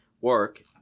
work